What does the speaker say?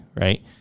right